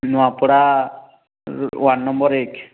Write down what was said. Nuapada ward number ଏକ